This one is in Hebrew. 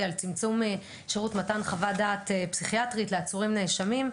על צמצום שירות מתן חוות דעת פסיכיאטרית לעצורים ונאשמים.